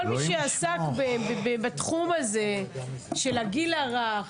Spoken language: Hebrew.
כל מי שעסק בתחום הזה של הגיל הרך,